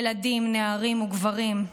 ילדים, נערים וגברים,